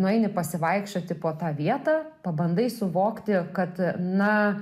nueini pasivaikščioti po tą vietą pabandai suvokti kad na